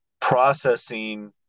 processing